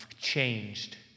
changed